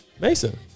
Mason